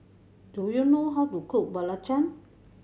do you know how to cook belacan